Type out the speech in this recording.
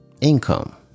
income